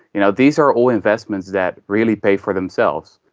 you know these are all investments that really pay for themselves,